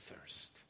thirst